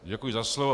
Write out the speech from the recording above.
Děkuji za slovo.